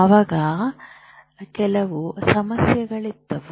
ಆದರೆ ಕೆಲವು ಸಮಸ್ಯೆಗಳಿದ್ದವು